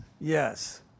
Yes